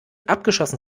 abgeschossen